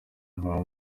nkaba